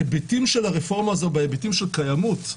ההיבטים של הרפורמה הזאת בהיבטים של קיימות,